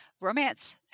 romance